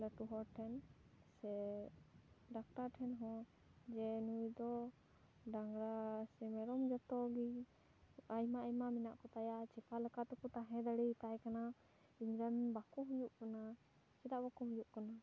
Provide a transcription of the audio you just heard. ᱞᱟᱹᱴᱩ ᱦᱚᱲ ᱴᱷᱮᱱ ᱥᱮ ᱰᱟᱠᱴᱟᱨ ᱴᱷᱮᱱ ᱦᱚᱸ ᱡᱮ ᱱᱩᱭ ᱫᱚ ᱰᱟᱝᱨᱟ ᱥᱮ ᱢᱮᱨᱚᱢ ᱡᱚᱛᱚ ᱜᱮ ᱟᱭᱢᱟ ᱟᱭᱢᱟ ᱢᱮᱱᱟᱜ ᱠᱚᱛᱟᱭᱟ ᱪᱮᱠᱟ ᱞᱮᱠᱟᱛᱮᱠᱚ ᱛᱟᱦᱮᱸ ᱫᱟᱲᱮᱭᱟᱛᱟᱭ ᱠᱟᱱᱟ ᱤᱧ ᱨᱮᱱ ᱵᱟᱠᱚ ᱦᱩᱭᱩᱜ ᱠᱟᱱᱟ ᱪᱮᱫᱟ ᱵᱟᱠᱚ ᱦᱩᱭᱩᱜ ᱠᱟᱱᱟ